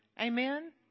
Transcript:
Amen